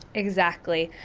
exactly,